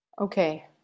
okay